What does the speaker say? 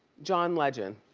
john legend.